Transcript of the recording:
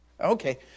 okay